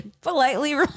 politely